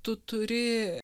tu turi